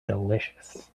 delicious